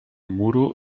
muro